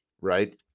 right